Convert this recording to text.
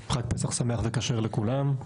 חג פסח שמח וכשר לכולם.